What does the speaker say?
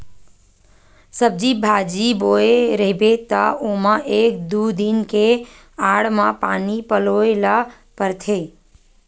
सब्जी बाजी बोए रहिबे त ओमा एक दू दिन के आड़ म पानी पलोए ल परथे